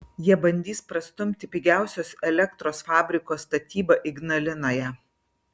jie bandys prastumti pigiausios elektros fabriko statybą ignalinoje